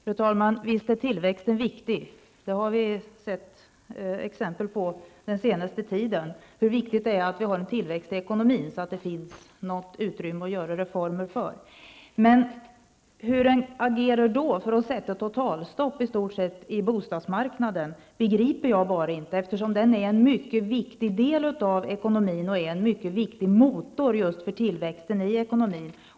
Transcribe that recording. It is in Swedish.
Fru talman! Visst är tillväxt en viktig sak. Under den senaste tiden har vi sett exempel på hur viktigt det är att ha en tillväxt i ekonomin. Det måste ju finnas ett utrymme i ekonomin för reformer. Men att man då kan agera på ett sådant sätt att man i stort sett åstadkommer ett totalt stopp på bostadsmarknaden begriper jag bara inte. Bostadsmarknaden utgör ju en mycket viktig del av ekonomin. Den är dessutom en mycket viktig motor just för den ekonomiska tillväxten.